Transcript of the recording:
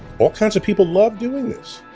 all kinds of people love doing this.